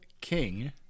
king